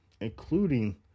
including